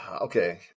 okay